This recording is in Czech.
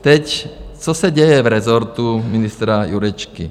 Teď, co se děje v rezortu ministra Jurečky.